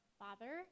father